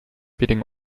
beating